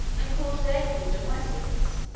and called their kingdom wessex